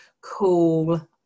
cool